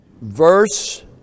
Verse